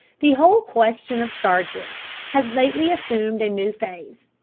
the whole question of star-drift has lately assumed a new phase,